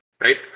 Right